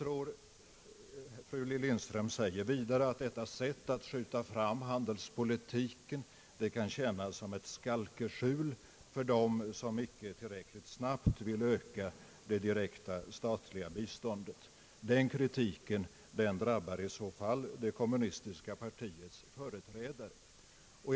Fru Lindström säger vidare att detta sätt att skjuta fram handelspolitiken kan tjäna som ett skalkeskjul för dem som inte tillräckligt snabbt vill öka det direkta statliga biståndet. Den kritiken drabbar i så fall det kommunistiska partiets företrädare.